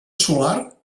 solar